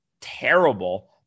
terrible